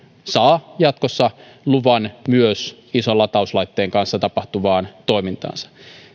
saa jatkossa luvan myös ison latauslaitteen kanssa tapahtuvaan toimintaansa